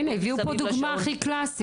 הינה, הביאו פה דוגמה הכי קלאסית.